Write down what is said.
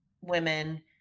women